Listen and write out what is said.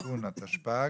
תיקון התשפ"ג.